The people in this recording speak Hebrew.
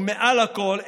מעל הכול,